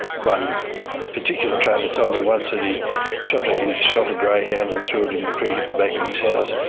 one particular trainer told me once that he shot a shot a greyhound and threw it in the creek at the back of his house.